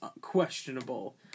questionable